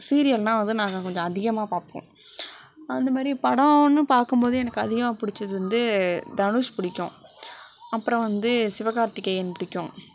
சீரியல்னா வந்து நாங்கள் கொஞ்சம் அதிகமாக பார்ப்போம் அந்த மாதிரி படம்னு பார்க்கும்போது எனக்கு அதிகமாக பிடிச்சது வந்து தனுஷ் பிடிக்கும் அப்புறம் வந்து சிவகார்த்திகேயன் பிடிக்கும்